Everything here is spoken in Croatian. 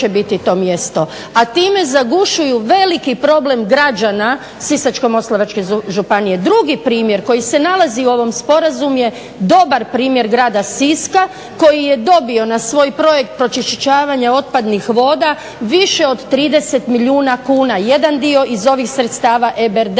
a time zagušuju veliki problem građana Sisačko-moslavačke županije. Drugi primjer koji se nalazi u ovom sporazum je dobar primjer grada Siska koji je dobio na svoj projekt pročišćavanje otpadnih voda više od 30 milijuna kuna jedan dio iz ovih sredstava EBRD-a